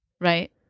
Right